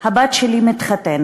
הבת שלי מתחתנת,